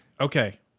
Okay